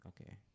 Okay